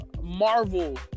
Marvel